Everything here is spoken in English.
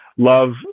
love